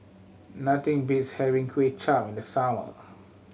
nothing beats having Kway Chap in the summer